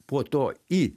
po to į